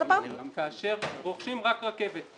כאשר רוכשים רק רכבת,